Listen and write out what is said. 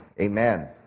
amen